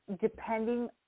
depending